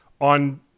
on